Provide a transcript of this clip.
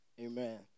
Amen